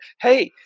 hey